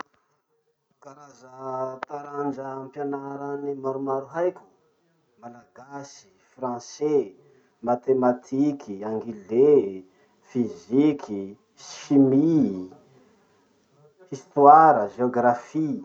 Karaza taranja ampianara any maromaro haiko: malagasy, français, matematiky, anglais, physique, chimie, histoire, géographie.